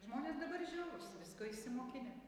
žmonės dabar žiaurūs visko išsimokinę